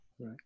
right